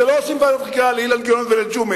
זה לא שעושים ועדת חקירה לאילן גילאון ולג'ומס,